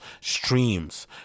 streams